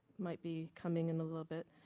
might be coming in a little bit.